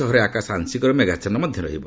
ସହରରେ ଆକାଶ ଆଂଶିକ ମେଘାଚ୍ଛନ୍ ମଧ୍ୟ ରହିବ